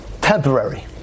temporary